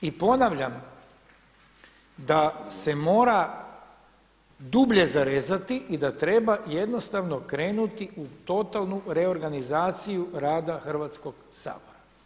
I ponavljam da se mora dublje zarezati i da treba jednostavno krenuti u totalnu reorganizaciju rada Hrvatskoga sabora.